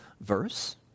verse